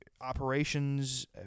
operations